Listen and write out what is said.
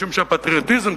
משום שהפטריוטיזם,